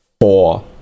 four